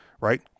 right